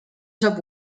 saab